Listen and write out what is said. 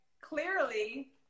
clearly